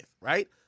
right